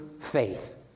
faith